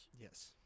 Yes